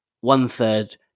one-third